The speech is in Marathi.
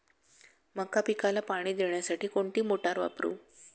मका पिकाला पाणी देण्यासाठी कोणती मोटार वापरू?